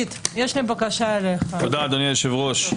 תודה, אדוני היושב-ראש.